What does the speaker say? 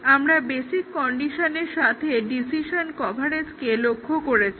আমরা বেসিক কন্ডিশনের সাথে ডিসিশন কভারেজকে লক্ষ্য করেছি